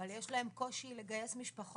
אבל אני מבינה שיש לכם קושי לגייס משפחות